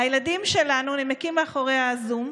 הילדים שלנו נמקים מאחורי הזום,